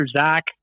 Zach